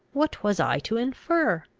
what was i to infer?